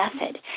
method